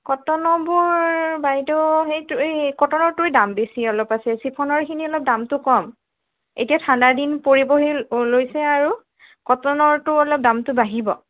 কটনৰবোৰ বাইদেউ সেইটো এই কটনৰটোৱেই দাম বেছি অলপ আছে চিফনৰখিনি অলপ দামটো কম এতিয়া ঠাণ্ডা দিন পৰিবহি অ' লৈছে আৰু কটনৰটো অলপ দামটো বাঢ়িব